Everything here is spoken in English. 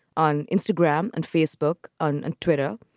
on instagram and facebook, on twitter.